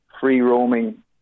free-roaming